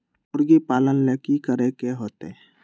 मुर्गी पालन ले कि करे के होतै?